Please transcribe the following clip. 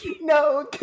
No